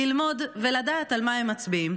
ללמוד ולדעת על מה הם מצביעים.